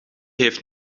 heeft